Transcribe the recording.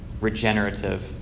regenerative